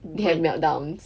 they have meltdowns yes